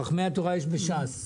חכמי התורה יש בש"ס.